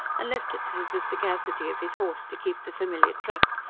and left it to the sagacity of his horse to keep the familiar track,